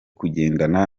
kugendana